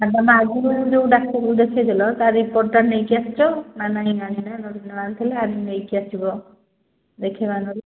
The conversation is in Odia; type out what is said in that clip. ତମେ ମାନେ ଆଗରୁ ଯେଉଁ ଡାକ୍ତରକୁ ଦେଖେଇଥିଲ ତା' ରିପୋର୍ଟଟା ନେଇକି ଆସିଛ ନା ନାହିଁ ଆଣିନା ନ ଆଣିଥିଲେ ଆଜି ନେଇକି ଆସିବ ଦେଖେଇବା ନହେଲେ